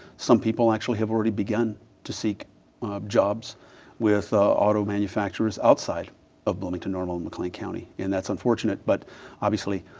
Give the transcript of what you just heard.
some people actually have already begun to seek jobs with auto manufacturers outside of bloomington-normal and mclean county. and that's unfortunate. but obviously,